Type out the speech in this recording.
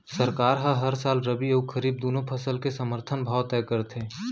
सरकार ह हर साल रबि अउ खरीफ दूनो फसल के समरथन भाव तय करथे